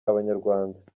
abanyarwanda